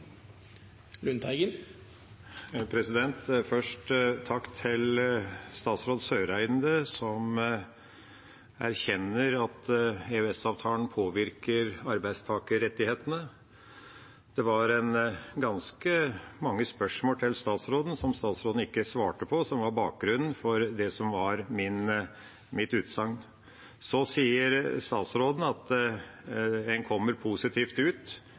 Først takk til utenriksminister Eriksen Søreide, som erkjenner at EØS-avtalen påvirker arbeidstakerrettighetene. Det var ganske mange spørsmål til utenriksministeren som hun ikke svarte på, som var bakgrunnen for mitt utsagn. Så sier utenriksministeren at en kommer positivt ut. I den sammenhengen det ble sagt, forstår jeg det slik at arbeidstakerne kommer positivt ut.